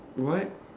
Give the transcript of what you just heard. what